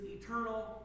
eternal